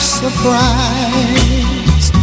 surprise